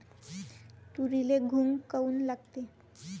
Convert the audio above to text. तुरीले घुंग काऊन लागते?